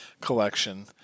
collection